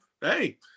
hey